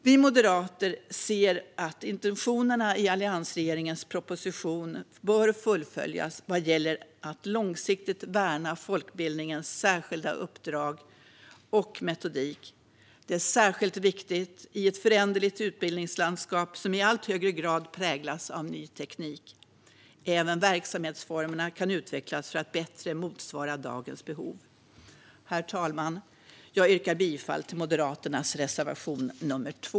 Vi moderater anser att intentionerna i alliansregeringens proposition bör fullföljas vad gäller att långsiktigt värna folkbildningens särskilda uppdrag och metodik. Detta är särskilt viktigt i ett föränderligt utbildningslandskap som i allt högre grad präglas av ny teknik. Även verksamhetsformerna kan utvecklas för att bättre motsvara dagens behov. Herr talman! Jag yrkar bifall till Moderaternas reservation nr 2.